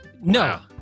No